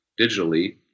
digitally